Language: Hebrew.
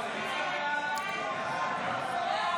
ההצעה להעביר את הצעת חוק תאגידי מים וביוב (תיקון מס' 17),